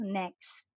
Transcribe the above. next